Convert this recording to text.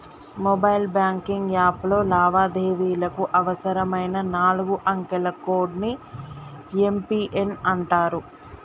mobile banking యాప్లో లావాదేవీలకు అవసరమైన నాలుగు అంకెల కోడ్ ని యం.పి.ఎన్ అంటరు